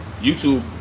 YouTube